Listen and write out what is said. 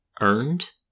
earned